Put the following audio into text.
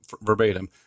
verbatim